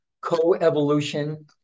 co-evolution